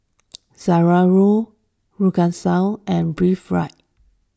Zalora Duracell and Breathe Right